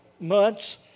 months